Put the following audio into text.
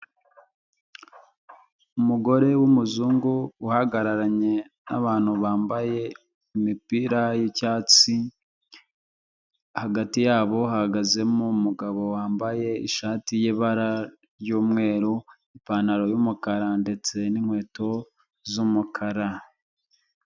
Umugore w'umuzungu uhagararanye n'abantu bambaye imipira y'icyatsi, hagati yabo hahagazemo umugabo wambaye ishati y'ibara ry'umweru, ipantaro y'umukara ndetse n'inkweto z'umukara.